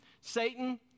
Satan